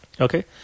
Okay